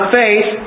faith